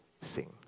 sing